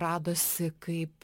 radosi kaip